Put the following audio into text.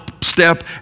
step